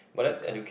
in class